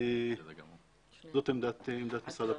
זאת עמדת משרד הפנים.